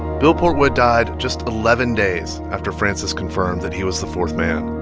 bill portwood died just eleven days after frances confirmed that he was the fourth man